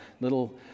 little